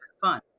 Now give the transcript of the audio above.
fun